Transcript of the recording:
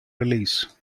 release